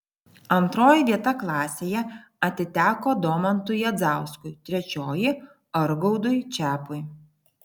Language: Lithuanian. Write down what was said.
antroji vieta klasėje atiteko domantui jazdauskui trečioji argaudui čepui